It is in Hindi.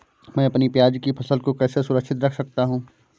मैं अपनी प्याज की फसल को कैसे सुरक्षित रख सकता हूँ?